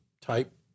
type